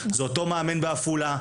זה אותו מאמן בעפולה,